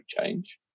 change